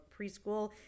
preschool